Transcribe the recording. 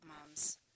moms